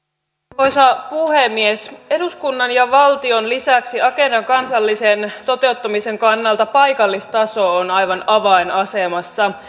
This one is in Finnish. arvoisa puhemies eduskunnan ja valtion lisäksi agendan kansallisen toteuttamisen kannalta paikallistaso on aivan avainasemassa